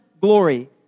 glory